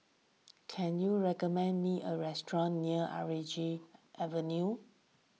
can you recommend me a restaurant near Avenue